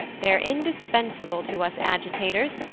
they're indispensable to us agitators.